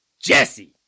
Jesse